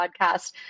podcast